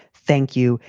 thank you.